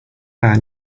our